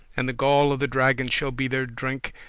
and the gall of the dragon shall be their drink,